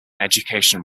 education